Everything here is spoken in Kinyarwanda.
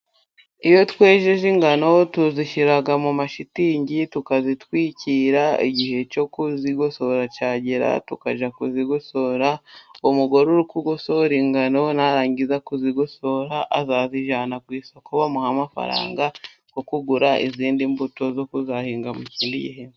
Iyo twejeje ingano tuzishyira mu mashitingi tukazitwikira, igihe cyo kuzigosora cyagera tukajya kuzigosora. Umugore uri kugosora ingano narangiza kuzigosora azazijyana ku isoko bamuhe amafaranga yo kugura izindi mbuto zo kuzahinga mu kindi gihe.